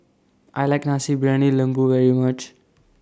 I like Nasi Briyani Lembu very much